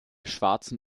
schwarzen